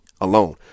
alone